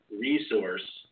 resource